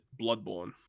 bloodborne